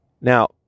Now